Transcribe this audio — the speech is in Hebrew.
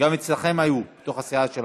גם אצלכם היו, בתוך הסיעה שלכם.